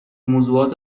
موضوعات